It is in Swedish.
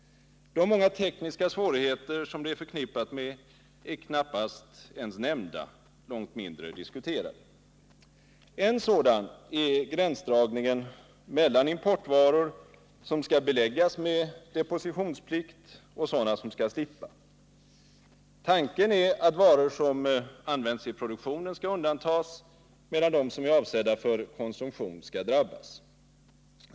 De många tekniska svårigheter som det är förknippat med är knappast ens nämnda, långt mindre diskuterade. En sådan är gränsdragningen mellan importvaror som skall beläggas med depositionsplikt och sådana som skall slippa. Tanken är att varor som används i produktionen skall undantas, medan de som är avsedda för konsumtion skall drabbas.